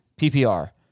PPR